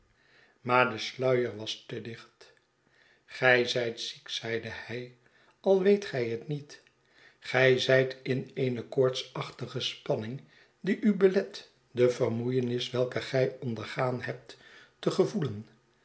maar de sluier was te dicht gij zijt ziek zeide hij u al weet gij het niet gij zijt in eene koortsachtige spanning die u belet de vermoeienis welke gij ondergaan hebt te gevoelen